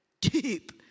deep